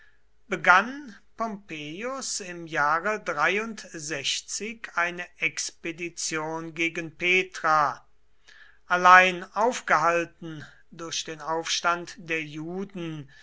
begann pompeius im jahre eine expedition gegen petra allein aufgehalten durch den aufstand der juden